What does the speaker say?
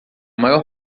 maior